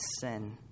sin